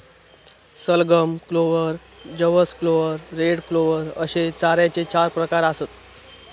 सलगम, क्लोव्हर, जवस clover, red clover अश्ये चाऱ्याचे चार प्रकार आसत